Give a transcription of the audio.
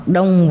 Đông